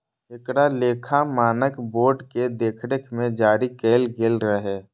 एकरा लेखा मानक बोर्ड के देखरेख मे जारी कैल गेल रहै